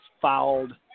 fouled